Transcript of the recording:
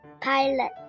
pilot